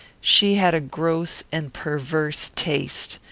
she had a gross and perverse taste.